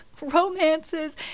romances